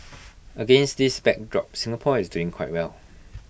against this backdrop Singapore is doing quite well